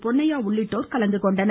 பொன்னையா உள்ளிட்டோர் கலந்துகொண்டனர்